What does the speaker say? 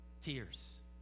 Tears